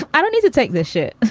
i don't need to take this shit.